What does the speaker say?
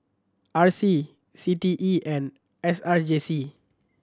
R C C T E and S R J C